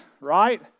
right